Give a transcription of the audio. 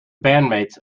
bandmates